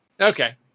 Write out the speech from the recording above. Okay